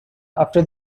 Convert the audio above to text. after